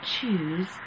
choose